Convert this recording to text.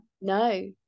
No